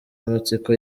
matsiko